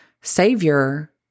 Savior